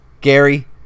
Gary